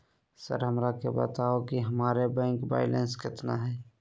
Sir हमरा के बताओ कि हमारे बैंक बैलेंस कितना है?